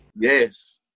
Yes